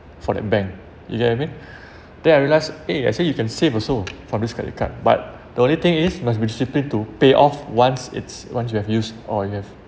for that bank you get I mean then I realise eh I say you can save also from this credit card but the only thing is must disciplined to pay off once it's once you have used or you have